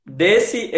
desse